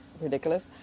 ridiculous